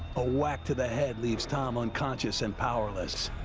a whack to the head leaves tom unconscious and powerless.